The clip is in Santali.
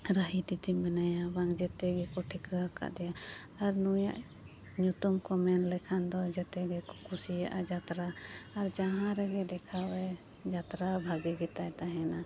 ᱨᱟᱦᱤ ᱫᱤᱫᱤ ᱢᱮᱱᱟᱭᱟ ᱵᱟᱝ ᱡᱚᱛᱚ ᱜᱮᱠᱚ ᱴᱷᱤᱠᱟᱹ ᱟᱠᱟᱫᱮᱭᱟ ᱟᱨ ᱱᱩᱭᱟᱜ ᱧᱩᱛᱩᱢ ᱠᱚ ᱢᱮᱱ ᱞᱮᱠᱷᱟᱱ ᱫᱚ ᱡᱚᱛᱚᱜᱮᱠᱚ ᱠᱩᱥᱤᱭᱟᱜᱼᱟ ᱡᱟᱛᱨᱟ ᱟᱨ ᱡᱟᱦᱟᱸ ᱨᱮᱜᱮ ᱫᱮᱠᱷᱟᱣᱮ ᱡᱟᱛᱨᱟ ᱵᱷᱟᱹᱜᱤᱜᱮ ᱛᱟᱭ ᱛᱟᱦᱮᱱᱟ